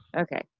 okay